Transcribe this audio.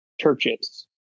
churches